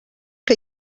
que